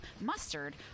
mustard